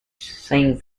saying